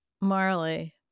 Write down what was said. Marley